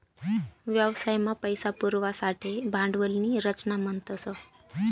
व्यवसाय मा पैसा पुरवासाठे भांडवल नी रचना म्हणतस